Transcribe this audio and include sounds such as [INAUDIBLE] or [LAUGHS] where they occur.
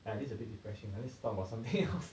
ah this is a bit depressing ah let's talk about something else [LAUGHS]